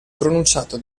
pronunciato